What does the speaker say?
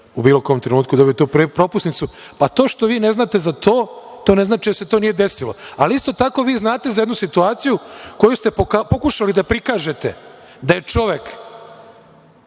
u bilo kom trenutku dobiti tu propusnicu, a to što vi ne znate za to, to ne znači da se nije desilo, ali isto tako vi znate za jednu situaciju koju ste pokušali da prikažete da je čovek